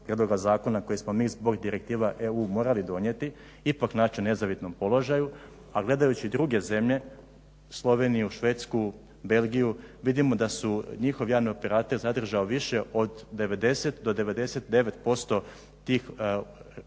prijedloga zakona koji smo mi zbog direktiva EU morali donijeti ipak naći u nezavidnom položaju, a gledajući druge zemlje Sloveniju, Švedsku, Belgiju, vidimo da je njihov jedan operater zadržao više od 90 do 99% tih univerzalnih